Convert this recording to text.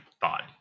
thought